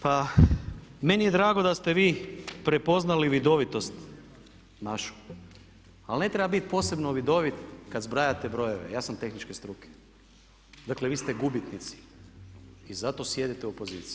Pa meni je drago da ste vi prepoznali vidovitost našu ali ne treba biti posebno vidovit kad zbrajate brojeve, ja sam tehničke struke, vi ste gubitnici i zato sjedite u opoziciji.